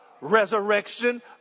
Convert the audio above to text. Resurrection